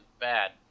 Bad